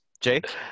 Jake